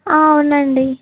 అవునండి